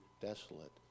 desolate